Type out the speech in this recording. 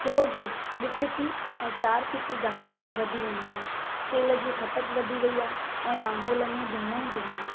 छो जो बिफती ऐं चारि फिती गाॾियूं वधी वियूं आहिनि तेल जी ख़प्त वधी वेई आहे ऐं माहौल में धुओ ई धुओ आहे